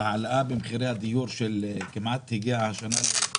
שההעלאה במחירי הדיור הגיעה כמעט ל-10%.